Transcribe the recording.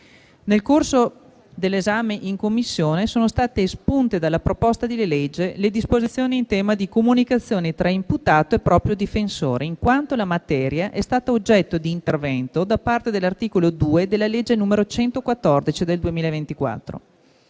Nel corso dell'esame in Commissione, sono state espunte dalla proposta di legge le disposizioni in tema di comunicazioni tra imputato e proprio difensore, in quanto la materia è stata oggetto di intervento da parte dell'articolo 2 della legge n. 114 del 2024.